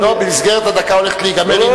מסגרת הדקה הולכת להיגמר.